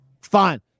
Fine